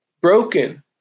Broken